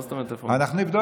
מה זאת אומרת, אנחנו נבדוק.